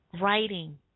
Writing